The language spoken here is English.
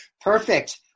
Perfect